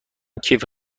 کیف